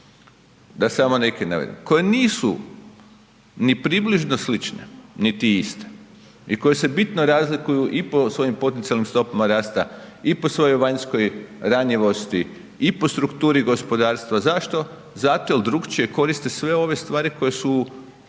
da samo neke naveden koje nisu ni približno slične niti iste i koje se bitno razlikuju i po svojim potencijalnim stopama rasta, i po svojoj vanjskoj ranjivosti, i po strukturi gospodarstva. Zašto? Zato jer drukčije koriste sve ove stvari koje su